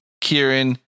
Kieran